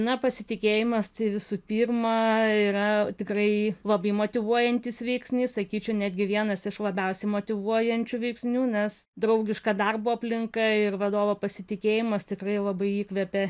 na pasitikėjimas tai visų pirma yra tikrai labai motyvuojantis veiksnys sakyčiau netgi vienas iš labiausiai motyvuojančių veiksnių nes draugiška darbo aplinka ir vadovo pasitikėjimas tikrai labai įkvepia